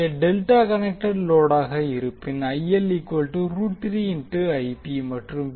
அதுவே delta connected லோடாக இருப்பின் மற்றும்